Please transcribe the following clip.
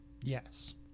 Yes